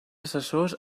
assessors